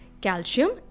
calcium